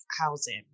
housing